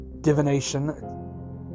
divination